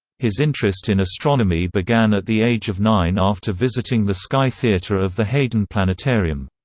his interest in astronomy began at the age of nine after visiting the sky theater of the hayden planetarium.